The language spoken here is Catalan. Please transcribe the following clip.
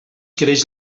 creix